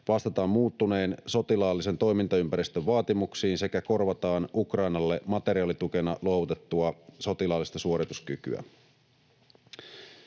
vastataan muuttuneen sotilaallisen toimintaympäristön vaatimuksiin sekä korvataan Ukrainalle materiaalitukena luovutettua sotilaallista suorituskykyä.